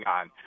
on